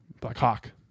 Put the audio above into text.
Blackhawk